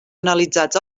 analitzats